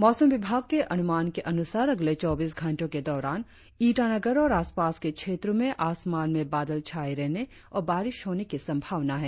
मौसम विभाग के अनुमान के अनुसार अगले चौबीस घंटो के दौरान ईटानगर और आसपास के क्षेत्रो में आसमान में बादल छाये रहने और बारिश होने की संभावना है